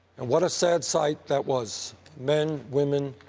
and what a sad sight that was men, women,